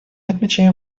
отмечаем